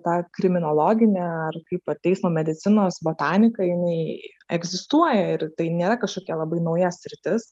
ta kriminologinė ar kaip teismo medicinos botanika jinai egzistuoja ir tai nėra kažkokia labai nauja sritis